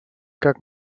как